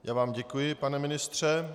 Já vám děkuji, pane ministře.